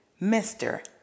Mr